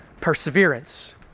Perseverance